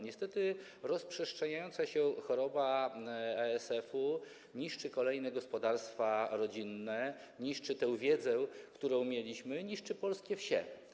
Niestety rozprzestrzeniająca się choroba ASF niszczy kolejne gospodarstwa rodzinne, niszczy tę wiedzę, którą mieliśmy, niszczy polskie wsie.